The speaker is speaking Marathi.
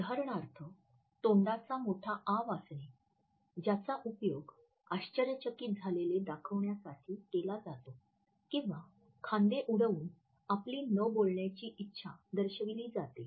उदाहरणार्थ तोंडाचा मोठा आ वासणे ज्याचा उपयोग आश्चर्यचकित झालेले दाखविण्यासाठी केला जातो किंवा खांदे उडवून आपली न बोलण्याची इच्छा दर्शविली जाते